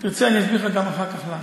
תרצה, אני אסביר לך אחר כך למה.